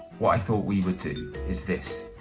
what i thought we would do is this